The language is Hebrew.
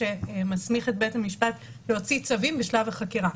שמסמיך את בית המשפט להוציא צווים בשלב החקירה,